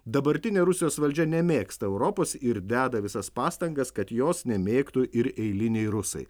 dabartinė rusijos valdžia nemėgsta europos ir deda visas pastangas kad jos nemėgtų ir eiliniai rusai